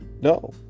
no